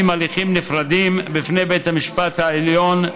הליכים נפרדים בפני בית המשפט העליון,